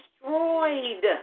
destroyed